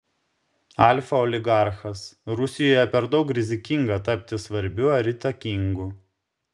alfa oligarchas rusijoje per daug rizikinga tapti svarbiu ar įtakingu